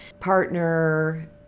partner